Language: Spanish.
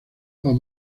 los